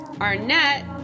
Arnett